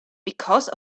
because